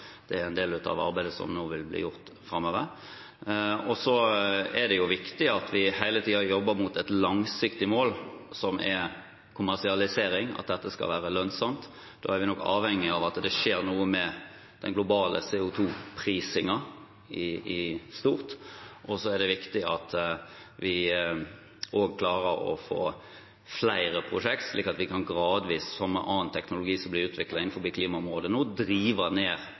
det er en del av arbeidet som nå vil bli gjort framover. Så er det viktig at vi hele tiden jobber mot et langsiktig mål, som er kommersialisering, at dette skal være lønnsomt. Da er vi nok avhengige av at det skjer noe med den globale CO2-prisingen i stort. Det er også viktig at vi klarer å få flere prosjekter, slik at vi gradvis – som med annen teknologi som blir utviklet innen klimaområdet nå – fortløpende kan drive ned